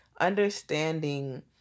Understanding